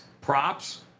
props